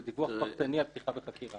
זה דיווח פרטני על פתיחה בחקירה.